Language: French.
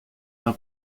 d’un